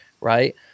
Right